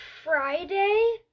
Friday